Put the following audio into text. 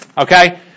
okay